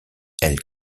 elles